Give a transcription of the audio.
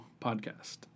podcast